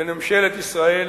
בין ממשלת ישראל